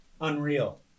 Unreal